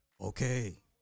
Okay